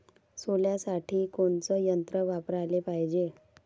सोल्यासाठी कोनचं यंत्र वापराले पायजे?